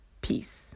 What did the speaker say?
Peace